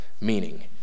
meaning